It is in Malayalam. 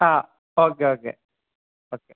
ആ ഓക്കെ ഓക്കെ ഓക്കെ